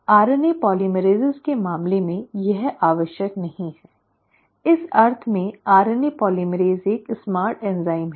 RNA polymerase के मामले में यह आवश्यक नहीं है इस अर्थ में आरएनए पोलीमरेज़ एक चालाक एंजाइम है